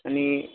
یعنی